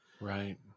Right